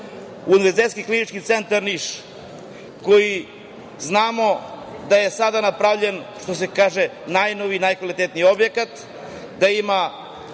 Univerzitetski Klinički centar Niš, koji znamo da je sada napravljen najnoviji, najkvalitetniji objekat, da ima